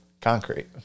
Concrete